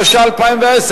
התש"ע 2010,